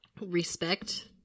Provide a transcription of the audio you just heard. Respect